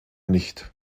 nicht